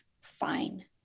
fine